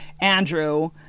Andrew